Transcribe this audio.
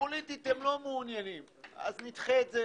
שפוליטית הם לא מעוניינים ואז נדחה את זה